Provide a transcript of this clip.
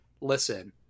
listen